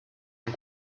and